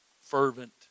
fervent